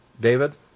David